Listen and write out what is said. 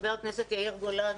חבר הכנסת יאיר גולן,